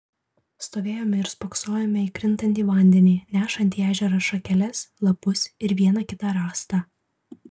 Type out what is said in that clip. stovėjome ir spoksojome į krintantį vandenį nešantį į ežerą šakeles lapus ir vieną kitą rąstą